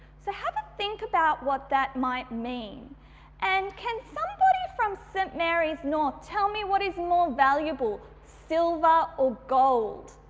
so, have a think about what that might mean and can somebody from st marys north tell me what is more valuable, silver or gold?